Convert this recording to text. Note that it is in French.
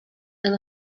and